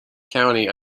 county